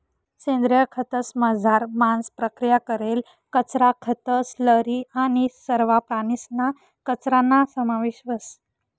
सेंद्रिय खतंसमझार मांस प्रक्रिया करेल कचरा, खतं, स्लरी आणि सरवा प्राणीसना कचराना समावेश व्हस